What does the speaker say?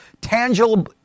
tangible